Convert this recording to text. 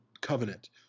Covenant